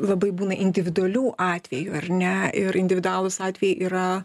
labai būna individualių atvejų ar ne ir individualūs atvejai yra